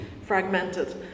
fragmented